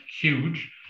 huge